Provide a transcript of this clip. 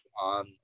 on